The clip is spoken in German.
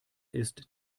ist